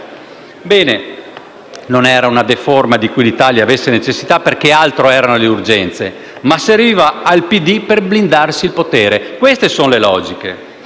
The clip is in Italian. trattava di una "deforma" di cui l'Italia avesse necessità, perché altre erano le urgenze, ma serviva al PD per blindarsi il potere. Queste sono le logiche.